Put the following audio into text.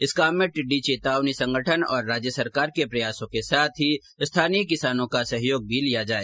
इस काम में टिड्डी चेतावनी संगठन और राज्य सरकार के प्रयासों के साथ ही स्थानीय किसानों का सहयोग भी लिया जाए